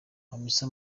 hamisa